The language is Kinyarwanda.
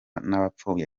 n’abapfobya